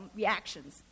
reactions